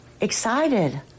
excited